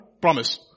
promise